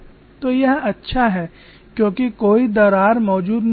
तो यह अच्छा है क्योंकि कोई दरार मौजूद नहीं है